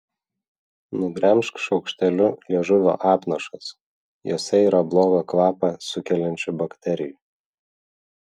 nugremžk šaukšteliu liežuvio apnašas jose yra blogą kvapą sukeliančių bakterijų